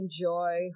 enjoy